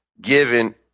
given